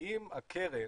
אם הקרן